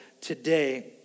today